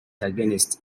against